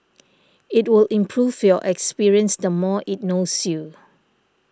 it will improve your experience the more it knows you